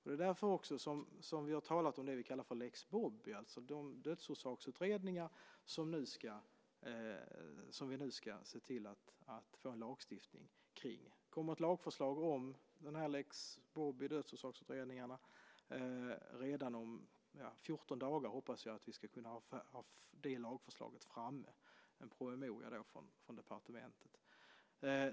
Det är därför vi också har talat om det som vi kallar för lex Bobby, alltså dödsorsaksutredningar som vi nu ska se till att få en lagstiftning kring. Det kommer ett förslag om lex Bobby. Redan om 14 dagar hoppas vi kunna ha ett färdigt lagförslag, en promemoria från departementet.